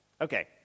Okay